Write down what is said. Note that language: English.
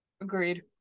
Agreed